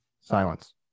silence